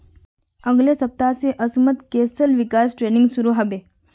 अगले सप्ताह स असमत कौशल विकास ट्रेनिंग शुरू ह बे